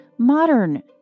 Modern